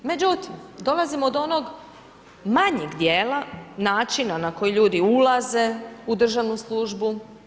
Međutim, dolazimo do onog manjeg dijela načina na koji ljudi ulaze u državnu službu.